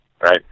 right